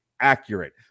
accurate